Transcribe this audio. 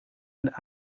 een